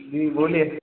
जी बोलिए